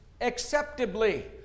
acceptably